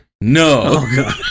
No